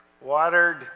Watered